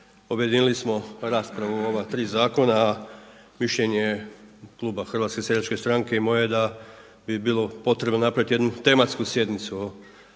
Objedinili smo raspravu o ova tri zakona a mišljenje je kluba HSS-a i moje je da bi bilo potrebno napraviti jednu tematsku sjednicu o